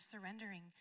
surrendering